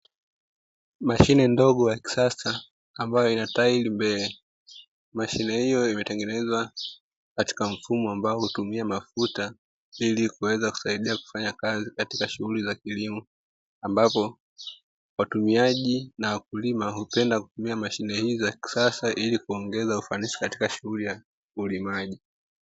Mashine ndogo ya kisasa, ambayo ina tairi mbele, mashine hiyo imetengenezwa katika mfumo ambao hutumia mafuta, ili kuweza kusaidia kufanya kazi katika shughuli za kilimo, ambapo watumiaji na wakulima hupenda kutumia mashine hizo za kisasa ili kuongeza ufanisi katika shughuli ya ulimaji.